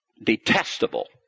detestable